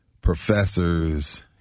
professors